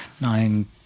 Nine